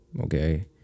okay